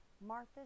Martha